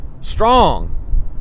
Strong